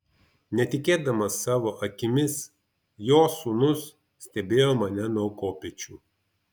netikėdamas savo akimis jo sūnus stebėjo mane nuo kopėčių